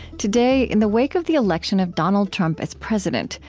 today, in the wake of the election of donald trump as president,